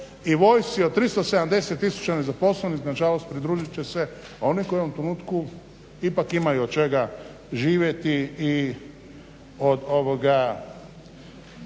i vojsci od 370 tisuća nezaposlenih nažalost pridružit će se oni koji u tome trenutku ipak imaju od čega živjeti i od ovoga